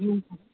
हुन्छ